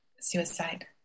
suicide